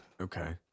Okay